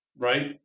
Right